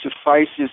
suffices